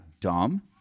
dumb